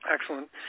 Excellent